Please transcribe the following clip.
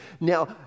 Now